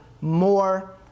more